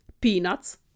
Peanuts